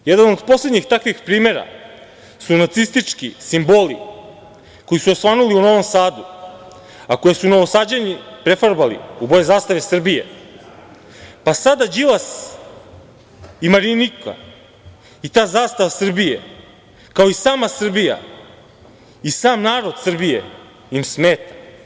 Jedan od poslednjih takvih primera su nacistički simboli koji su osvanuli u Novom Sadu, a koje su Novosađani prefarbali u boje zastave Srbije, pa sada Đilas i Marinika i ta zastava Srbije, kao i sama Srbija i sam narod Srbije im smeta.